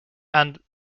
and